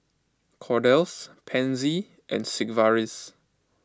Kordel's Pansy and Sigvaris